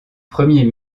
premiers